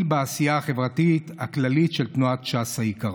בעשייה החברתית הכללית של תנועת ש"ס היקרה.